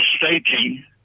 stating